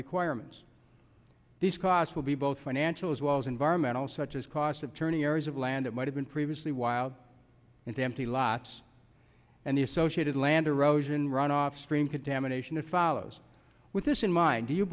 requirements these costs will be both financial as well as environmental such as cost of turning areas of land that might have been previously wild into empty lots and the associated land erosion runoff stream contamination that follows with this in mind do you